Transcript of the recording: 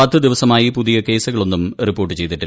പത്തു ദിവസമായി പുതിയ കേസൂകളൊന്നും റിപ്പോർട്ട് ചെയ്തിട്ടില്ല